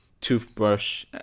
toothbrush